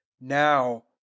now